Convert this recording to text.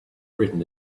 written